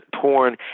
porn